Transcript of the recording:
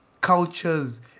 cultures